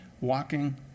walking